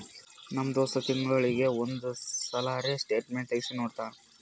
ನಮ್ ದೋಸ್ತ್ ಒಂದ್ ತಿಂಗಳೀಗಿ ಒಂದ್ ಸಲರೇ ಸ್ಟೇಟ್ಮೆಂಟ್ ತೆಗ್ಸಿ ನೋಡ್ತಾನ್